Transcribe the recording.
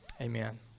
Amen